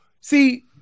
see